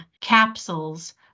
capsules